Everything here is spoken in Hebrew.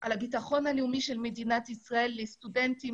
על הביטחון הלאומי של מדינת ישראל שניתן לסטודנטים